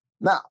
Now